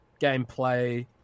gameplay